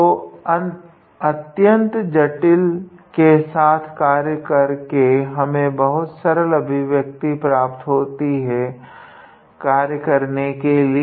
तो अत्यंत जटिल के साथ कार्य कर के हमें बहुत सरल अभिव्यक्ति प्राप्त होती है कार्य करने के लिए